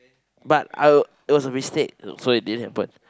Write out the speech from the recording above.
but I'll it was a mistake so it didn't happen